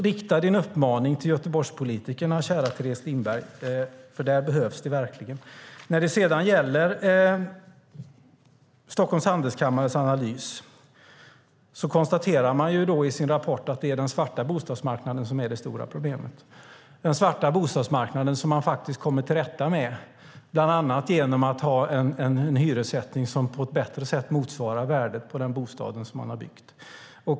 Rikta därför din uppmaning till Göteborgspolitikerna, kära Teres Lindberg, för där behövs det verkligen. När det sedan gäller Stockholms Handelskammares analys konstaterar man i sin rapport att det är den svarta bostadsmarknaden som är det stora problemet. Den svarta bostadsmarknaden kommer man faktiskt till rätta med bland annat genom att ha en hyressättning som på ett bättre sätt motsvarar värdet på den bostad som man har byggt.